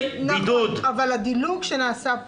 האפשרות השנייה נתונה לבחירה של העובד,